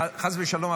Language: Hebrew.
חס ושלום,